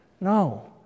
No